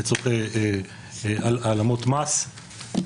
לצורכי העלמות מס,